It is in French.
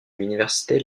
l’université